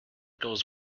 goes